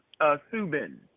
Subin